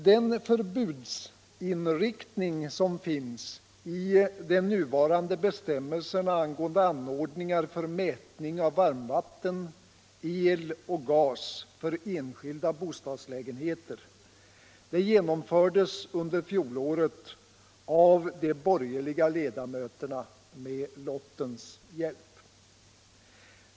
Den förbudsinriktning som finns i de nuvarande bestämmelserna angående anordningar för mätning av varmvatten, el och gas för enskilda bostadslägenheter genomfördes under fjolåret av de borgerliga ledamöterna med lottens hjälp.